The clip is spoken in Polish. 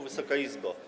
Wysoka Izbo!